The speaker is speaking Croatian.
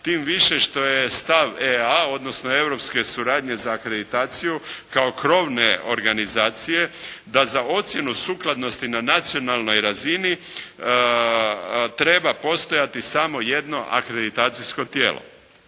tim više što je stav EA, odnosno europske suradnje za akreditaciju kao krovne organizacije da za ocjenu sukladnosti na nacionalnoj razini treba postojati samo jedno akreditacijsko tijelo.